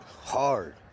hard